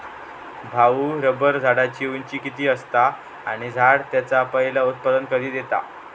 भाऊ, रबर झाडाची उंची किती असता? आणि झाड त्याचा पयला उत्पादन कधी देता?